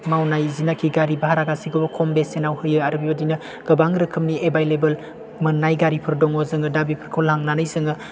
मावनाय जिनोखि गारि भारा गासैखौबो खम बेसेनाव होयो आरो बेबायदिनो गोबां रोखोमनि एभेलेबोल मोननाय गारिफोर दङ जोङो दा बेफोरखौ लांनानै जोङो